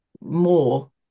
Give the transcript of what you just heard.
more